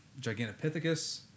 Gigantopithecus